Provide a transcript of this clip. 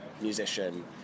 musician